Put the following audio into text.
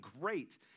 great